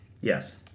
Yes